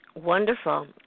Wonderful